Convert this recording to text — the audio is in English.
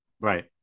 right